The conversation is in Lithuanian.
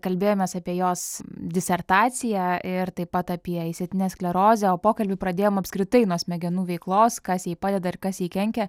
kalbėjomės apie jos disertaciją ir taip pat apie išsėtinę sklerozę o pokalbį pradėjom apskritai nuo smegenų veiklos kas jai padeda ir kas jai kenkia